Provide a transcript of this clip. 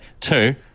Two